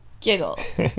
Giggles